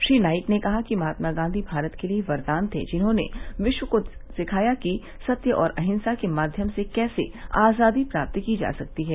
श्री नाईक ने कहा कि महात्मा गांधी भारत के लिए वरदान थे जिन्होंने विश्व को दिखाया कि सत्य और अहिंसा के माध्यम से कैसे आजादी प्राप्त की जा सकती है